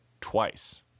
twice